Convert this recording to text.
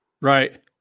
Right